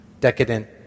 decadent